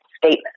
statement